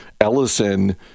Ellison